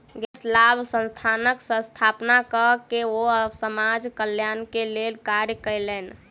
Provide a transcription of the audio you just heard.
गैर लाभ संस्थानक स्थापना कय के ओ समाज कल्याण के लेल कार्य कयलैन